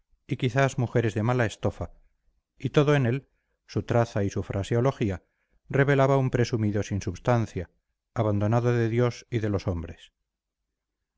y quizás mujeres de mala estofa y todo en él su traza y su fraseología revelaba un presumido sin substancia abandonado de dios y de los hombres